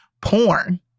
porn